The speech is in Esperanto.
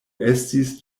estis